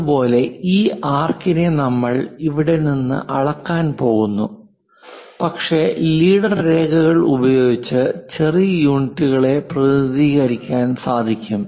അതുപോലെ ഈ ആർക്കിനെ നമ്മൾ ഇവിടെ നിന്ന് അളക്കാൻ പോകുന്നു പക്ഷേ ലീഡർ രേഖകൾ ഉപയോഗിച്ച് ചെറിയ യൂണിറ്റുകളെ പ്രതിനിധീ കരിക്കാൻ സാധിക്കും